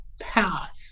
path